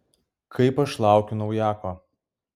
kaip aš laukiu naujako